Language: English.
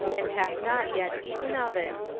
and hath not yet eaten of it?